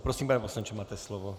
Prosím, pane poslanče, máte slovo.